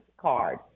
card